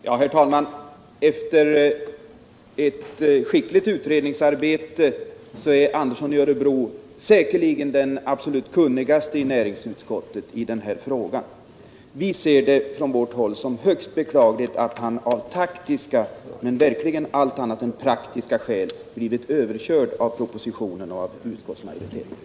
Herr talman! Efter ett långt utredningsarbete är Sven Andersson i Örebro säkerligen den kunnigaste i näringsutskottet i den här frågan. Vi ser det från vårt håll som högst beklagligt att han av taktiska, men verkligen allt annat än praktiska, skäl blivit överkörd av propositionen och av utskottsmajoriteten.